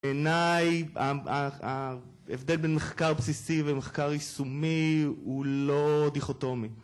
בעיניי, ההבדל בין מחקר בסיסי ומחקר ישומי הוא לא דיכוטומי.